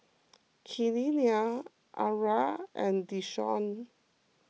Kenia Arra and Deshawn